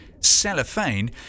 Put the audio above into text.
Cellophane